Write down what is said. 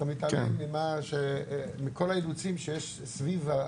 אתה מתעלם מכל האילוצים שיש מסביב.